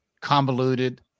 convoluted